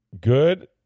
Good